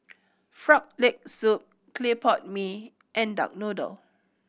Frog Leg Soup clay pot mee and duck noodle